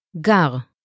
Gar